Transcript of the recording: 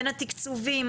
בין התקצובים,